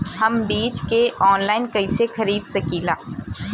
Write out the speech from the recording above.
हम बीज के आनलाइन कइसे खरीद सकीला?